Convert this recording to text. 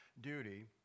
duty